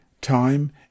time